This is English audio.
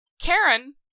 Karen